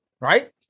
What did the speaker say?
right